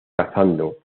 cazando